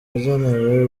yagenewe